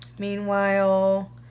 Meanwhile